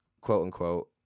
quote-unquote